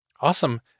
Awesome